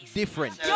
different